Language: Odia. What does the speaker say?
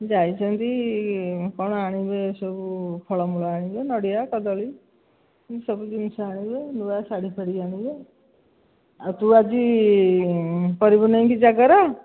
ଯାଇଛନ୍ତି କ'ଣ ଆଣିବେ ସବୁ ଫଳ ମୂଳ ଆଣିବେ ନଡ଼ିଆ କଦଳୀ ସବୁ ଜିନିଷ ଆଣିବେ ନୂଆ ଶାଢ଼ୀ ଫାଡି ଆଣିବେ ଆଉ ତୁ ଆଜି କରିବୁ ନାହିଁ କି ଜାଗର